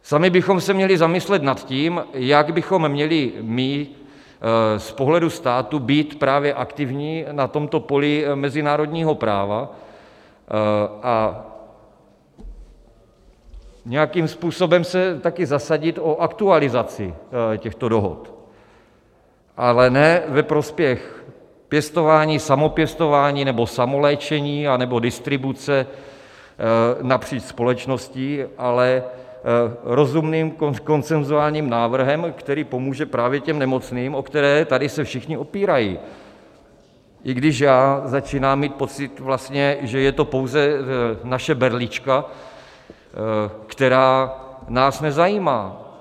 Sami bychom se měli zamyslet nad tím, jak bychom měli z pohledu státu být aktivní na tomto poli mezinárodního práva a nějakým způsobem se taky zasadit o aktualizaci těchto dohod, ale ne ve prospěch pěstování, samopěstování, samoléčení anebo distribuce napříč společností, ale rozumným konsenzuálním návrhem, který pomůže právě těm nemocným, o které se tady všichni opírají, i když začínám mít pocit, že je to pouze naše berlička, která nás nezajímá.